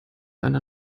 einer